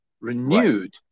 renewed